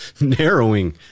narrowing